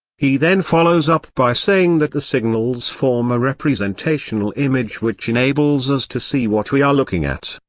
he then follows up by saying that the signals form a representational image which enables us to see what we are looking at.